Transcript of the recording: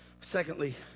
Secondly